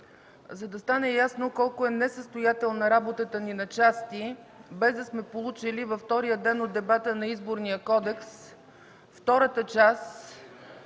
за да стане ясно колко е несъстоятелна работата ни на части, без да сме получили във втория ден от дебата на Изборния кодекс втората част